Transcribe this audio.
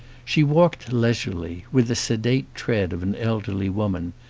she walked leisurely, with the sedate tread of an elderly woman,